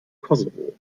kosovo